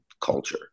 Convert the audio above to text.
culture